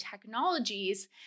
technologies